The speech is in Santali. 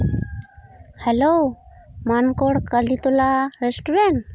ᱦᱮᱞᱳ ᱢᱟᱱᱠᱚᱲ ᱠᱟᱞᱤᱛᱚᱞᱟ ᱨᱮᱥᱴᱩᱨᱮᱱᱴ